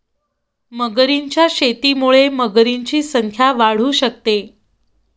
मगरींच्या शेतीमुळे मगरींची संख्या वाढू शकते